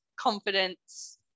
confidence